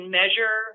measure